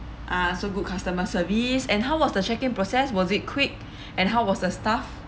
uh so good customer service and how was the check-in process was it quick and how was the staff